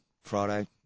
Friday